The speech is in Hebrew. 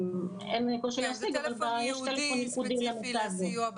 יש טלפון ייחודי לנושא הזה.